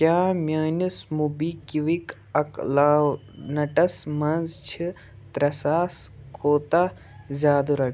کیٛاہ میٛٲنِس موبی کُوِک عکلاونٹس منٛز چھِ ترٛےٚ ساس کوتاہ زیٛادٕ رۄ